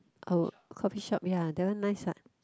our coffeeshop ya that one nice what